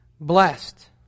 Blessed